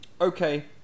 Okay